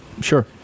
Sure